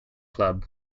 club